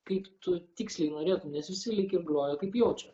kaip tu tiksliai norėtum nes visi lyg ir groja kaip jaučia